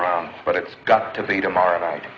round but it's got to be tomorrow night